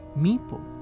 Meeple